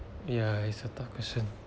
ya it's a tough question